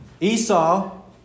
Esau